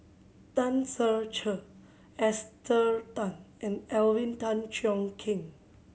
Tan Ser Cher Esther Tan and Alvin Tan Cheong Kheng